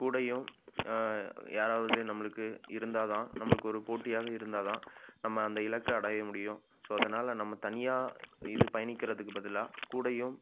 கூடையும் யாராவது நம்மளுக்கு இருந்தால் தான் நம்மளுக்கு ஒரு போட்டியாக இருந்தால் தான் நம்ம அந்த இலக்க அடைய முடியும் ஸோ அதனால் நம்ம தனியாக இது பயணிக்கிறதுக்குப் பதிலாக கூடையும்